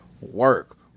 work